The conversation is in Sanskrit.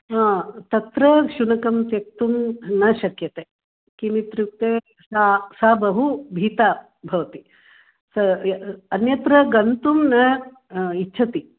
हा तत्र शुनकं त्यक्तुं न शक्यते किमित्युक्ते सा सा बहु भीता भवति अन्यत्र गन्तुं न इच्छति